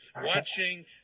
watching